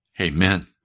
Amen